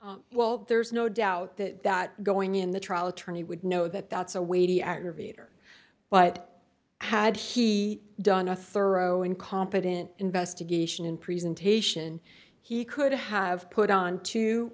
view well there's no doubt that that going in the trial attorney would know that that's a weighty aggravator but had he done a thorough and competent investigation in presentation he could have put on to